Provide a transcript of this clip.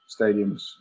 stadiums